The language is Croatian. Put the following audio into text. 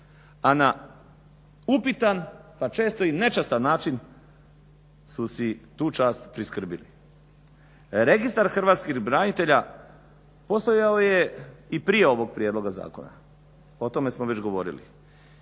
a na upitan, pa često i nečastan način su si tu čast priskrbili. Registar hrvatskih branitelja postojao je i prije ovog prijedloga zakona, o tome smo već govorili.